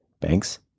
banks